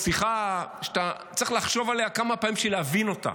שיחה שאתה צריך לחשוב עליה כמה פעמים בשביל להבין אותה,